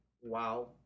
Wow